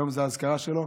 שהיום זו האזכרה שלו,